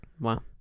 Wow